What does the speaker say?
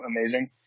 amazing